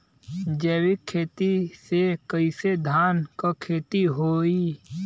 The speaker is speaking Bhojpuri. जैविक खेती से कईसे धान क खेती होई?